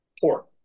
Pork